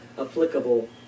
applicable